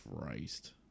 Christ